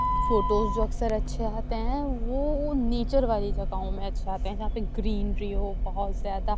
photos جو اکثر اچھے آتے ہیں وہ نیچر والی جگہوں میں اچھے آتے ہیں جہاں گرینری ہو بہت زیادہ